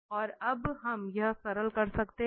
और अब हम यह सरल कर सकते हैं